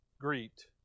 greet